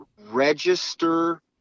register